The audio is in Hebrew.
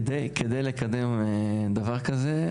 כדי לקדם דבר כזה,